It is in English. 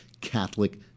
Catholic